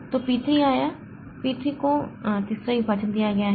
तो P 3 आया P 3 को तीसरा विभाजन दिया गया है